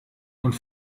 und